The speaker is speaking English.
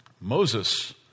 Moses